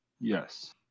Yes